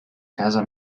casa